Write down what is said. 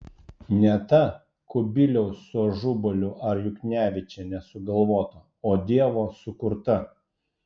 ne ta kubiliaus su ažubaliu ar juknevičiene sugalvota o dievo sukurta